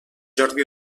jordi